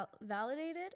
validated